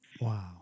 Wow